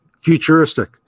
futuristic